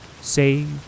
save